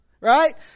right